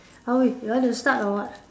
how is you want to start or what